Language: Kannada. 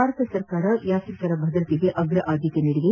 ಭಾರತ ಸರ್ಕಾರ ಯಾತ್ರಿಕರ ಭದ್ರತೆಗೆ ಅಗ್ರ ಆದ್ಯತೆ ನೀಡಿದೆ